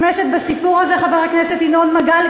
חבר הכנסת ינון מגל,